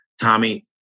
Tommy